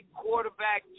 quarterback